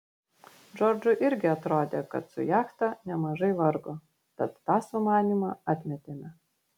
džordžui irgi atrodė kad su jachta nemažai vargo tad tą sumanymą atmetėme